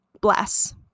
Bless